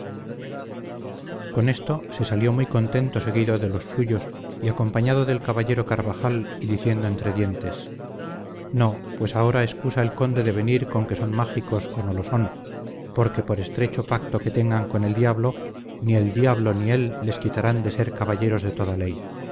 con esto se salió muy contento seguido de los suyos y acompañado del caballero carvajal y diciendo entre dientes no pues ahora excusa el conde de venir con que son mágicos o no lo son porque por estrecho pacto que tengan con el diablo ni el diablo ni él les quitarán de ser caballeros de toda ley